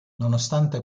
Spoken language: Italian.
nonostante